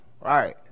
right